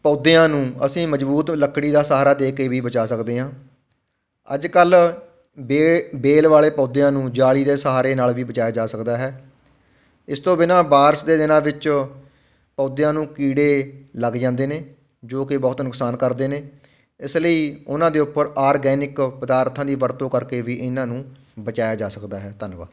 ਪੌਦਿਆਂ ਨੂੰ ਅਸੀਂ ਮਜ਼ਬੂਤ ਲੱਕੜੀ ਦਾ ਸਹਾਰਾ ਦੇ ਕੇ ਵੀ ਬਚਾ ਸਕਦੇ ਹਾਂ ਅੱਜ ਕੱਲ੍ਹ ਵੇ ਵੇਲ ਵਾਲੇ ਪੌਦਿਆਂ ਨੂੰ ਜਾਲੀ ਦੇ ਸਹਾਰੇ ਨਾਲ਼ ਵੀ ਬਚਾਇਆ ਜਾ ਸਕਦਾ ਹੈ ਇਸ ਤੋਂ ਬਿਨਾ ਬਾਰਸ਼ ਦੇ ਦਿਨਾਂ ਵਿੱਚ ਪੌਦਿਆਂ ਨੂੰ ਕੀੜੇ ਲੱਗ ਜਾਂਦੇ ਨੇ ਜੋ ਕਿ ਬਹੁਤ ਨੁਕਸਾਨ ਕਰਦੇ ਨੇ ਇਸ ਲਈ ਉਹਨਾਂ ਦੇ ਉੱਪਰ ਆਰਗੈਨਿਕ ਪਦਾਰਥਾਂ ਦੀ ਵਰਤੋਂ ਕਰਕੇ ਵੀ ਇਹਨਾਂ ਨੂੰ ਬਚਾਇਆ ਜਾ ਸਕਦਾ ਹੈ ਧੰਨਵਾਦ